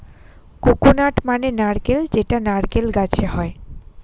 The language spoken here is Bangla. কোকোনাট মানে নারকেল যেটা নারকেল গাছে হয়